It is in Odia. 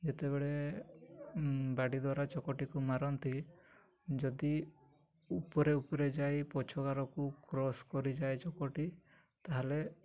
ଯେତେବେଳେ ବାଡ଼ି ଦ୍ୱାରା ଚକଟିକୁ ମାରନ୍ତି ଯଦି ଉପରେ ଉପରେ ଯାଇ ପଛ ଗାରକୁ କ୍ରସ୍ କରିଯାଏ ଚକଟି ତା'ହେଲେ